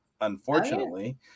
unfortunately